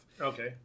Okay